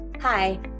Hi